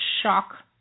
shock